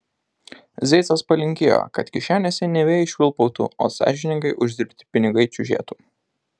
zeicas palinkėjo kad kišenėse ne vėjai švilpautų o sąžiningai uždirbti pinigai čiužėtų